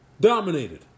Dominated